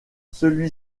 celui